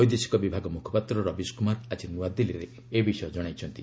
ବୈଦେଶିକ ବିଭାଗ ମୁଖପାତ୍ର ରବିଶ କୁମାର ଆକି ନୂଆଦିଲ୍ଲୀରେ ଏ ବିଷୟରେ ଜଣାଇଛନ୍ତି